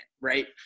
Right